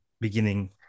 beginning